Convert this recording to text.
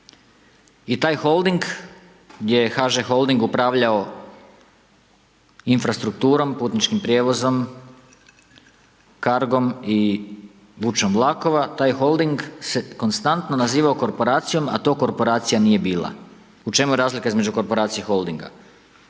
i taj holding je HŽ Holding upravljao Infrastrukturom, Putničkim prijevozom, Cargom i Vučom vlakova, taj Holding se konstantno nazivao korporacijom, a to korporacija nije bila. U čemu je razlika između korporacije i holdinga?